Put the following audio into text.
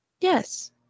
Yes